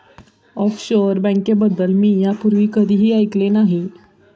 offshore बँकेबद्दल मी यापूर्वी कधीही ऐकले नाही